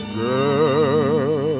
girl